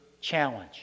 challenge